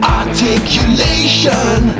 articulation